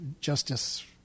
Justice